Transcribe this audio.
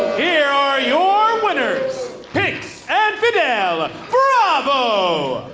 here are your winners, pinx and fidel bravo!